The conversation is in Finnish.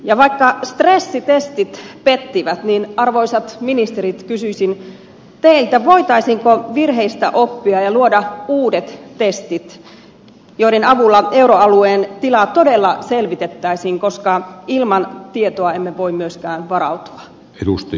ja vaikka stressitestit pettivät arvoisat ministerit kysyisin teiltä voitaisiinko virheistä oppia ja luoda uudet testit joiden avulla euroalueen tila todella selvitettäisiin koska ilman tietoa emme voi myöskään varautua